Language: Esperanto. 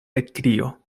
ekkrio